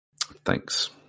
Thanks